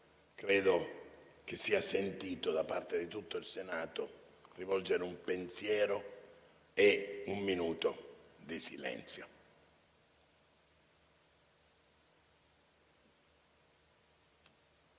credo che sia sentito, da parte di tutto il Senato, rivolgere un pensiero e osservare un minuto di silenzio.